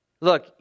Look